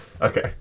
Okay